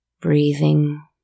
breathing